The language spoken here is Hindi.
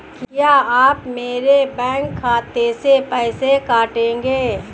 क्या आप मेरे बैंक खाते से पैसे काटेंगे?